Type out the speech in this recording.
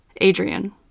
Adrian